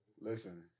Listen